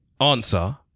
Answer